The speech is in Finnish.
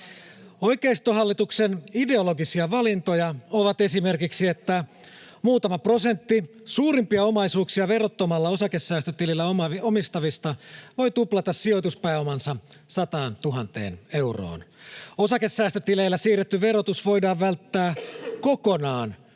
Oikeistohallituksen ideologisia valintoja ovat esimerkiksi seuraavat: Muutama prosentti suurimpia omaisuuksia verottomalla osakesäästötilillä omistavista voi tuplata sijoituspääomansa 100 000 euroon. Osakesäästötileillä siirretty verotus voidaan välttää kokonaan